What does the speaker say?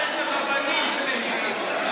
הנושא של רבנים שממירים.